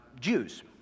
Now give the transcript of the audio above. Jews